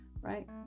right